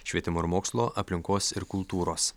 švietimo ir mokslo aplinkos ir kultūros